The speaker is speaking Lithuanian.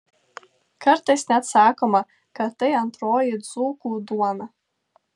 kartais net sakoma kad tai antroji dzūkų duona